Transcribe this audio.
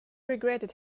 regretted